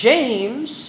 James